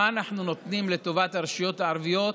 מה אנחנו נותנים לטובת הרשויות הערביות,